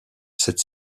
cette